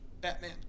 Batman